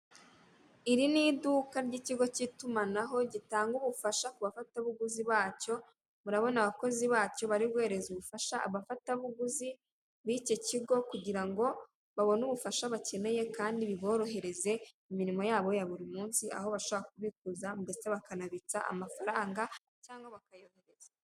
Iri ni iduka ry'ikigo cy'itumanaho gitanga ubufasha ku bafatabuguzi bacyo. Murabona abakozi bacyo bari guhereza ubufasha abafatabuguzi b'icyo kigo kugira ngo babone ubufasha bakeneye kandi biborohereze imirimo yabo ya buri munsi, aho bashobora kubikuza ndetse bakanabitsa amafaranga cyangwa bakayohereza.